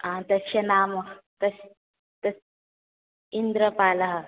हा तश्य नाम इन्द्रपालः